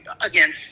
again